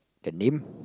the name